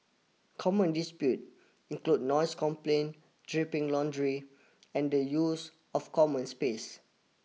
common dispute include noise complaint dripping laundry and the use of common space